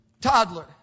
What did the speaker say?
toddler